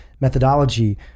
methodology